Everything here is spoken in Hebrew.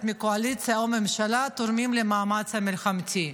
מהקואליציה או הממשלה תורמים למאמץ המלחמתי?